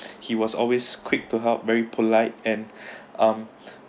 he was always quick to help very polite and um